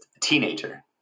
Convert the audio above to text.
teenager